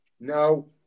No